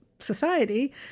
society